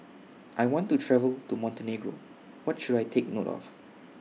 I want to travel to Montenegro What should I Take note of